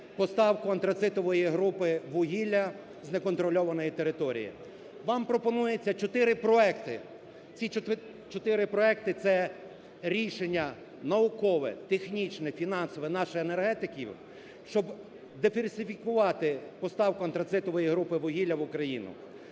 поставку антрацитової групи вугілля з неконтрольованої території. Вам пропонується чотири проекти. Ці чотири проекти – це рішення наукове, технічне, фінансове наших енергетиків, щоб диверсифікувати поставку антрацитової групи вугілля в Україну.